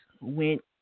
went